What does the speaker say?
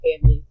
family